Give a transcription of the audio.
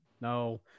No